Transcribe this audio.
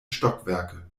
stockwerke